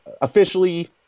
officially